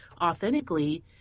authentically